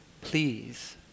please